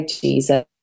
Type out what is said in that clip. Jesus